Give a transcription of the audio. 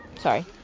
Sorry